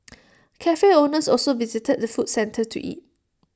Cafe owners also visit the food centre to eat